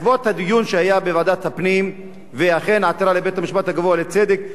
בעקבות הדיון שהיה בוועדת הפנים ועתירה לבית-המשפט הגבוה לצדק,